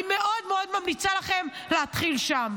אני מאוד מאוד ממליצה לכם להתחיל שם.